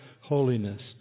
holiness